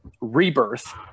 Rebirth